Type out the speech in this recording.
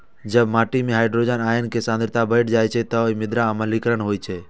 जब माटि मे हाइड्रोजन आयन के सांद्रता बढ़ि जाइ छै, ते मृदा अम्लीकरण होइ छै